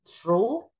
true